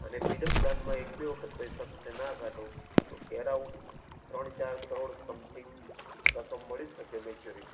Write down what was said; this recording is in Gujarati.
અને પેઈડ અપ પ્લાનમાં એક બે વખત તમે પૈસા ના કાઢો તો એરાઉન્ડ ત્રણ ચાર કરોડ સમથિંગ રકમ મળી શકે મેચ્યોરીટી માં